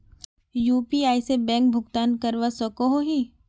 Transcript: UPI से bank भुगतान करवा सकोहो ही?